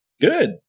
Good